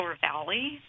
Valley